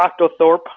Octothorpe